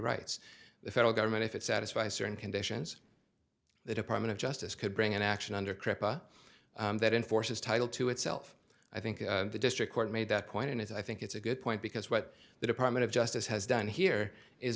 rights the federal government if it satisfy certain conditions the department of justice could bring an action under cripple that enforces title to itself i think the district court made that point and i think it's a good point because what the department of justice has done here is